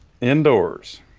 Indoors